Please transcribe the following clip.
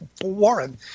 Warren